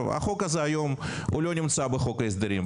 החוק הזה לא נמצא היום בחוק ההסדרים,